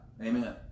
amen